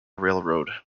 railroad